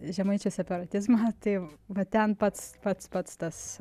žemaičių separatizmą tai va ten pats pats pats tas